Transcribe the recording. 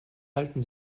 halten